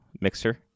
mixer